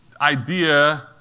idea